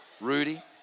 Rudy